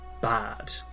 bad